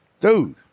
Dude